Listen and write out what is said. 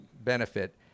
benefit